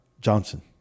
Johnson